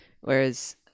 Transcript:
whereas